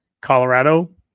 Colorado